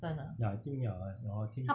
真的